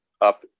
up